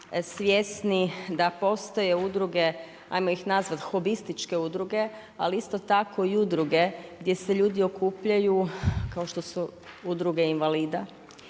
svjesni da postoje udruge, ajmo ih nazvati, hobističke udruge. Ali isto tako i udruge gdje se ljudi okupljaju, kao što su udruge invalida,